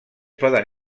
poden